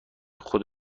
خود